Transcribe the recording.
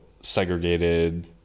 segregated